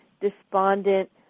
despondent